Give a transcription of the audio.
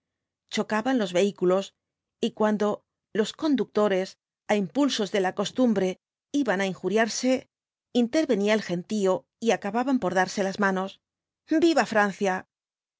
cfhocaban los vehículos y cuando los conductores á impulsos de la costumbre iban á injuriarse intervenía el gentío y acababan por darse las manos viva francia